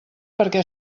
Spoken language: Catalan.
perquè